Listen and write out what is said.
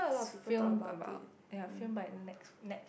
filmed about ya filmed by nex~